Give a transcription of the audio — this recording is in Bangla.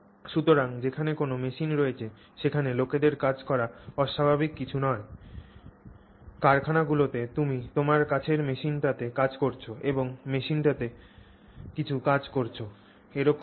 সুতরাং যেখানে কোনও মেশিন রয়েছে সেখানে লোকেদের কাজ করা অস্বাভাবিক কিছু নয় কারখানাগুলিতে তুমি তোমার কাছের মেশিনটিতে কাজ করছ এবং মেশিনটি কিছু কাজ করছে এরকমই হয়